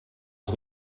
els